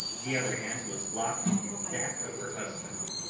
the other hand was locked in that of her husband,